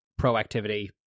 Proactivity